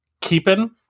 keeping